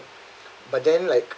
but then like